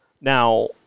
Now